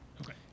Okay